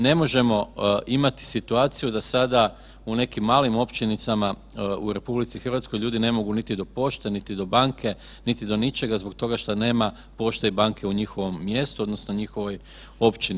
Ne možemo imati situaciju da sada u nekim malim općinicama u RH ljudi ne mogu niti do pošte, niti do banke, niti do ničega zbog toga što nema pošte i banke u njihovom mjestu odnosno njihovoj općini.